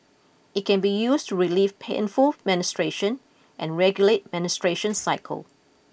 it can be used to relieve painful menstruation and regulate menstruation cycle